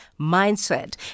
mindset